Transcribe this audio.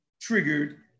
triggered